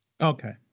Okay